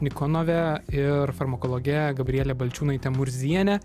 nikonove ir farmakologe gabriele balčiūnaite murziene